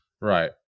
Right